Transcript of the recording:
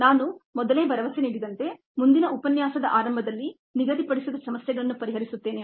ನಾನು ಮೊದಲೇ ಭರವಸೆ ನೀಡಿದಂತೆ ಮುಂದಿನ ಉಪನ್ಯಾಸದ ಆರಂಭದಲ್ಲಿ ನಿಗದಿಪಡಿಸಿದ ಸಮಸ್ಯೆಗಳನ್ನು ಪರಿಹರಿಸುತ್ತೇನೆ